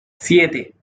siete